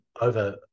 over